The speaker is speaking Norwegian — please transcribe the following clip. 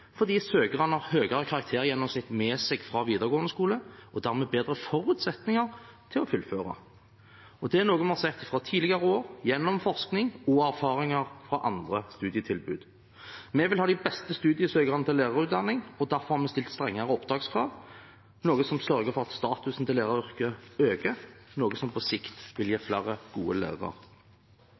fordi søkerne har høyere karaktergjennomsnitt med seg fra videregående skole og dermed bedre forutsetninger for å fullføre. Det er noe vi har sett fra tidligere år, gjennom forskning og erfaringer fra andre studietilbud. Vi vil ha de beste søkerne til lærerutdanningen, og derfor har vi stilt strengere opptakskrav, noe som sørger for at statusen til læreryrket øker, og noe som på sikt vil gi flere gode lærere.